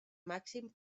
màxim